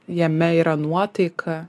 jame yra nuotaika